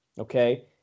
okay